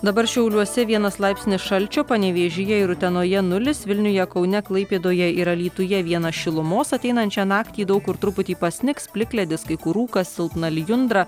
dabar šiauliuose vienas laipsnis šalčio panevėžyje ir utenoje nulis vilniuje kaune klaipėdoje ir alytuje vienas šilumos ateinančią naktį daug kur truputį pasnigs plikledis kai kur rūkas silpna lijundra